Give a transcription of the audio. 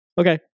okay